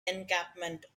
encampment